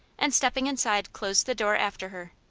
and stepping inside, closed the door after her.